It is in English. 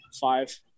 five